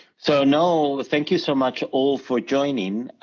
so, no, thank you so much all for joining.